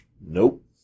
nope